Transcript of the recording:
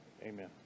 Amen